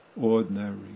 ordinary